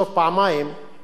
או שלוש פעמים,